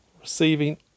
Receiving